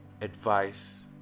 Advice